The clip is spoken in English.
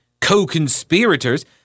co-conspirators